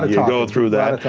you go through that.